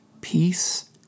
Peace